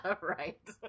Right